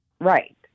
Right